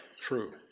true